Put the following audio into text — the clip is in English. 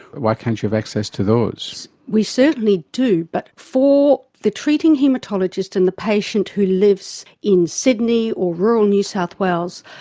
why can't you have access to those? we certainly do, but for the treating haematologist and the patient who lives in sydney or rural new south wales,